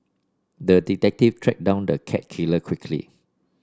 the detective tracked down the cat killer quickly